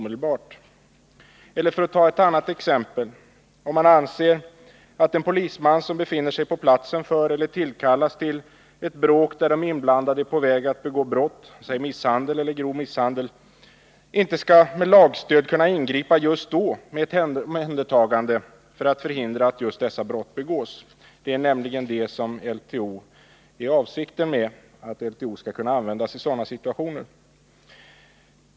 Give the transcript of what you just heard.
Eller för att ta ett annat exempel: Skall en polisman, som befinner sig på platsen för eller kallas till ett bråk där de inblandade är på väg att begå brott — säg misshandel eller grov misshandel — inte med lagstöd kunna ingripa just då med ett omhändertagande för att förhindra att dessa brott begås? Avsikten är ju att LTO skall kunna användas i sådana situationer.